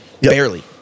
Barely